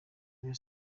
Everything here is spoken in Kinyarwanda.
rayon